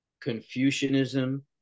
Confucianism